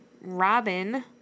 Robin